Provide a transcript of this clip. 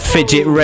Fidget